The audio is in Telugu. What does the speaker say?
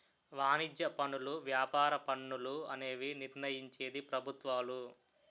వాణిజ్య పనులు వ్యాపార పన్నులు అనేవి నిర్ణయించేది ప్రభుత్వాలు